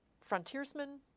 frontiersmen